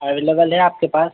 available है आपके पास